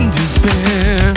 despair